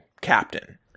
captain